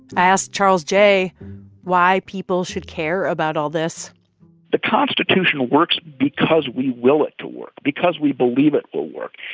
asked charles geyh why people should care about all this the constitution works because we will it to work, because we believe it will work.